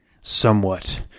Somewhat